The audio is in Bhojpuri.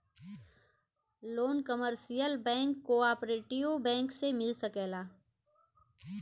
loan commercial bank cooperative bank से मिल सकेला